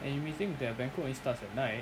and you may think that banquet only starts at night